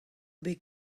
bet